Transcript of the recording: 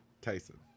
Tyson